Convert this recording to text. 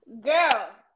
Girl